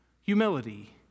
humility